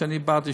שאני בעד עישון,